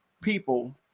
people